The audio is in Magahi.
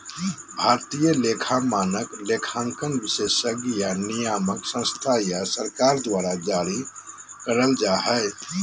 भारतीय लेखा मानक, लेखांकन विशेषज्ञ या नियामक संस्था या सरकार द्वारा जारी करल जा हय